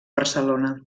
barcelona